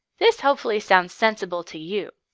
this hopefully sounds sensible to you,